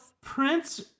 Prince